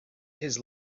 his